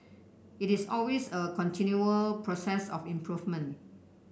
it is always a continual process of improvement